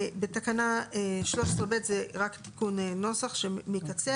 בתקנה 13(ב), זה רק תיקון נוסח שמקצר.